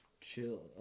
Chill